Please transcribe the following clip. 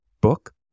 book